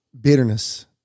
bitterness